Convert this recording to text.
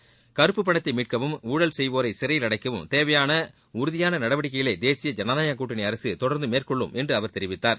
பதுக்கப்பட்டுள்ள கருப்பு பணத்தை மீட்கவும் ஊழல் செய்வோரை சிறையில் அடைக்கவும் தேவையான உறுதவியான நடவடிக்கைகளை தேசிய ஜனநாயகக் கூட்டணி அரசு தொடர்ந்து மேற்கொள்ளும் என்று அவர் தெரிவித்தார்